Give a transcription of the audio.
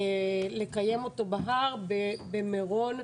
לקיים אותו בהר במירון,